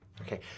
Okay